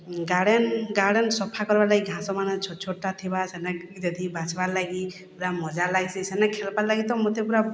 garden garden ସଫା କର୍ବାର୍ ଲାଗି ଘାସମାନେ ଛୋଟ୍ ଛୋଟ୍ଟା ଥିବା ସେନେ ଯଦି ବାଛ୍ବାର୍ ଲାଗି ପୁରା ମଜା ଲାଗ୍ସି ସେନେ ଖେଲ୍ବାର୍ଲାଗି ତ ମତେ ପୁରା